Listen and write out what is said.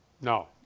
No